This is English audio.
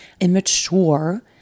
immature